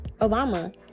obama